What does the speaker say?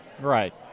Right